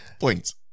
Points